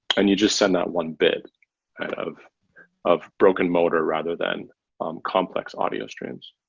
and you just send that one bit of of broken motor rather than um complex audio streams